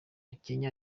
kenya